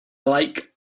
like